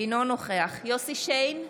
אינו נוכח יוסף שיין,